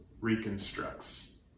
reconstructs